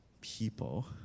people